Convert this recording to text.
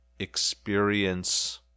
experience